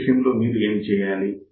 ఈ విషయంలో లో మీరు ఏమి చేయాలి